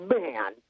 man